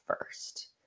first